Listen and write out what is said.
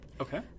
Okay